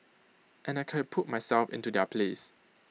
and I can put myself into their place